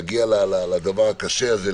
להגיע לדבר הקשה הזה,